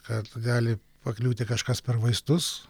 kad gali pakliūti kažkas per vaistus